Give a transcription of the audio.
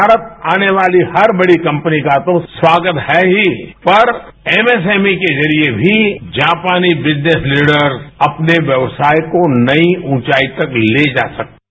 भारत आने वाली हर बड़ी कंपनी का तो स्वागत है ही पर एमएसएमई के जरिए भी जापानी बिजनेस लीडर्स अपने व्यवसाय को नई ऊंचाईयों तक ले जा सकते हैं